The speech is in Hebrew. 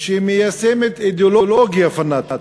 שמיישמת אידיאולוגיה פנאטית,